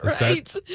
Right